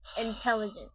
intelligent